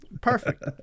Perfect